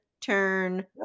turn